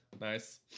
Nice